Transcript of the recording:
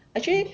actually